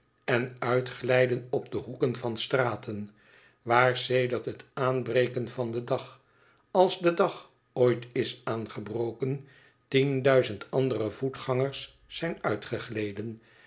en uitglijden op hoeken van straten waar sedert het aanbreken van den dag als de dag ooit is aangebroken tien duizend andere voetgangers zijn uitgegleden